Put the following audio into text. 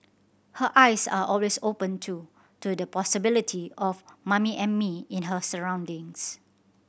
her eyes are always open too to the possibility of Mummy and Me in her surroundings